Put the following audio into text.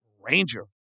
Ranger